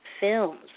films